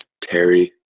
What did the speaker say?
Terry